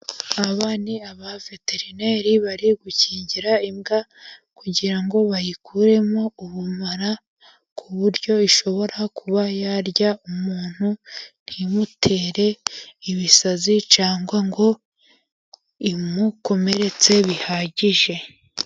Aba ni abaveterineri bari gukingira imbwa, kugira ngo bayikuremo ubumara, ku buryo ishobora kuba yarya umuntu ntimutere ibisazi, cyangwa ngo imukomeretse bihagije.